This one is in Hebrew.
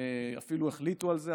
אפילו החליטו על זה,